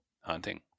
Hunting